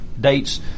dates